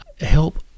help